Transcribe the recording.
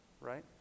Right